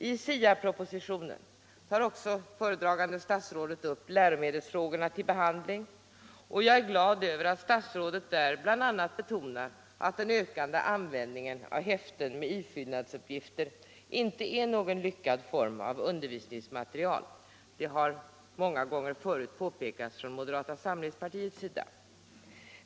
I SIA-propositionen tar också föredragande statsrådet upp läromedelsfrågorna till behandling, och jag är glad över att statsrådet där bl.a. betonar att den ökande användningen av häften med ifyllnadsuppgifter inte är någon lyckad form av undervisningsmaterial — det har många gånger förut påpekats från moderata samlingspartiets sida.